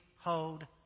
hold